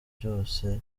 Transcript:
byose